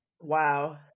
Wow